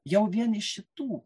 jau vien iš šitų